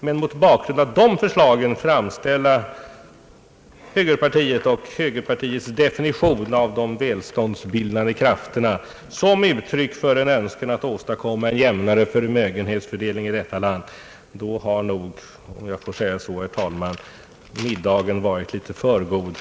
Men om man mot bakgrund av de förslagen framställer högerpartiets definition av de välståndsbildande krafterna som uttryck för en önskan att åstadkomma en jämnare förmögenhetsfördelning i detta land, då har nog middagen, herr Wallmark, varit litet för god.